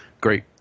great